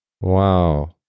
Wow